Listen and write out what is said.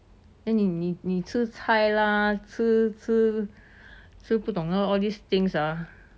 then 你你你吃菜啦吃吃吃不懂 all all these things ah